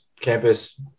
campus